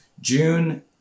June